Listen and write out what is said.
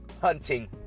hunting